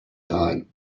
time